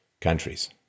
countries